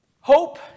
Hope